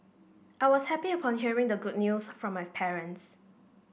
I was happy upon hearing the good news from my parents